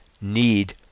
need